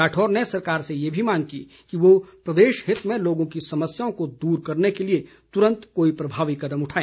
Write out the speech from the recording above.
राठौर ने सरकार से ये भी मांग की कि वह प्रदेशहित में लोगों की समस्याओं को दूर करने के लिए तुरंत कोई प्रभावी कदम उठाए